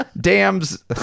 dams